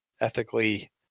ethically